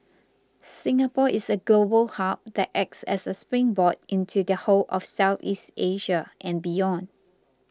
Singapore is a global hub that acts as a springboard into the whole of Southeast Asia and beyond